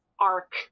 arc